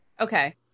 Okay